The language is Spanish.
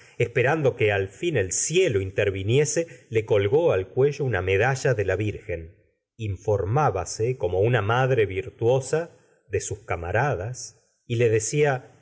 esperando que al fin el cielo interviniese le colgó al cuello una medalla de la virgen informábase como una madre virtuosa de sus camaradas y le decía no